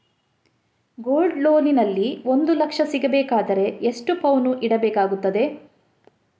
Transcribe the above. Gold loan ನಲ್ಲಿ ಒಂದು ಲಕ್ಷ ಸಿಗಬೇಕಾದರೆ ಎಷ್ಟು ಪೌನು ಇಡಬೇಕಾಗುತ್ತದೆ?